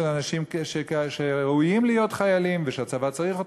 אנשים שראויים להיות חיילים ושהצבא צריך אותם.